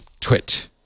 twit